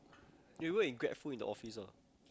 you work in grabfood in the office ah